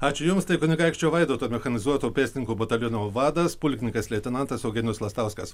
ačiū jums tai kunigaikščio vaidoto mechanizuoto pėstininkų bataliono vadas pulkininkas leitenantas eugenijus lastauskas